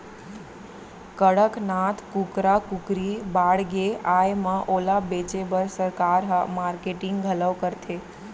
कड़कनाथ कुकरा कुकरी बाड़गे आए म ओला बेचे बर सरकार ह मारकेटिंग घलौ करथे